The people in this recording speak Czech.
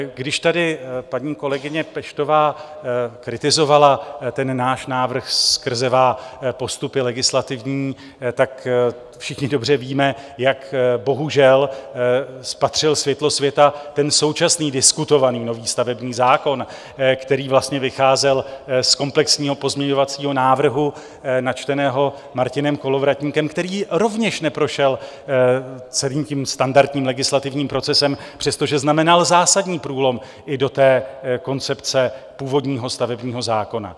Když tady paní kolegyně Peštová kritizovala náš návrh skrze legislativní postupy, tak všichni dobře víme, jak bohužel spatřil světlo světa současný diskutovaný nový stavební zákon, který vlastně vycházel z komplexního pozměňovacího návrhu načteného Martinem Kolovratníkem, který rovněž neprošel celým standardním legislativním procesem, přestože znamenal zásadní průlom i do té koncepce původního stavebního zákona.